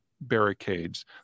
barricades